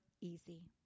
easy